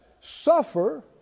suffer